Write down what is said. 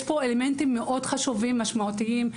יש פה אלמנטים מאוד חשובים ומשמעותיים.